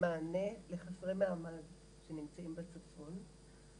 כמענה לחסרי מעמד שנמצאים בצפון.